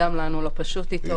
וגם לנו לא פשוט איתו.